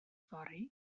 fory